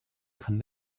kann